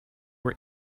were